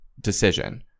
decision